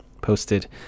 posted